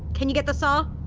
can you get the saw?